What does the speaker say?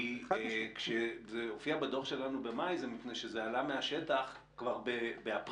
כי כשזה הופיע בדוח שלנו במאי זה מפני שזה עלה מהשטח כבר באפריל.